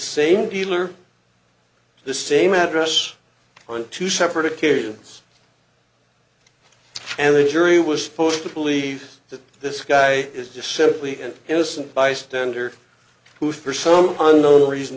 same dealer to the same address on two separate occasions and the jury was supposed to believe that this guy is just simply an innocent bystander who for some unknown reason